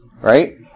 Right